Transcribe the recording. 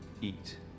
eat